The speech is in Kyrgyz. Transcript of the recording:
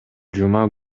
жума